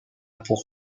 pour